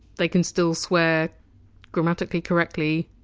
they can still swear grammatically correctly?